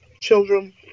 children